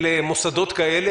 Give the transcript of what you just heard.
למוסדות כאלה?